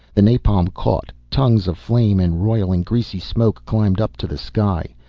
the napalm caught, tongues of flame and roiling, greasy smoke climbed up to the sky.